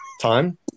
time